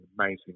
amazing